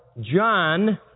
John